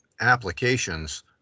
applications